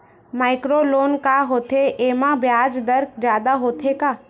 Micro loan का होथे येमा ब्याज दर जादा होथे का?